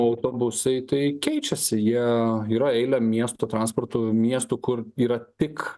autobusai tai keičiasi jie yra eilę miesto transportų miestų kur yra tik